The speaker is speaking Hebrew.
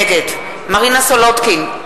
נגד מרינה סולודקין,